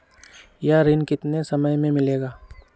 यह ऋण कितने समय मे मिलेगा?